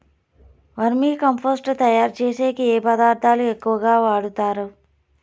వర్మి compost తయారుచేసేకి ఏ పదార్థాలు ఎక్కువగా వాడుతారు